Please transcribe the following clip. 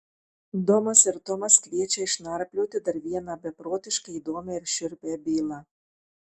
domas ir tomas kviečia išnarplioti dar vieną beprotiškai įdomią ir šiurpią bylą